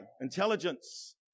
intelligence